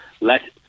let